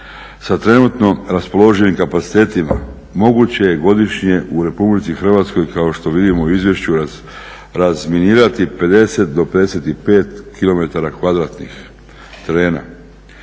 Sa trenutno raspoloživim kapacitetima moguće je godišnje u Republici Hrvatskoj kao što vidimo u izvješću razminirati 50 do 55 kilometara